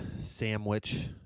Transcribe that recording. sandwich